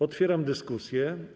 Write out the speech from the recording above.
Otwieram dyskusję.